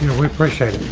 we appreciate